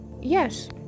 Yes